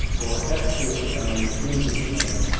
or explicit memory, implicit memory.